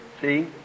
See